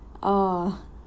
oh